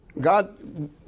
God